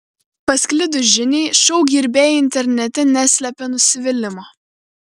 pasklidus žiniai šou gerbėjai internete neslepia nusivylimo